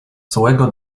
złego